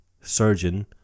surgeon